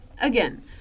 again